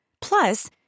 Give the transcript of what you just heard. Plus